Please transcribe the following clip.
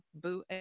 boo